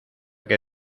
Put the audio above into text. que